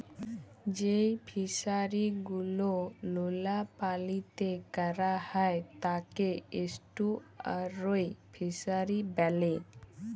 যেই ফিশারি গুলো লোলা পালিতে ক্যরা হ্যয় তাকে এস্টুয়ারই ফিসারী ব্যলে